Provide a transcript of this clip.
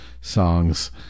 songs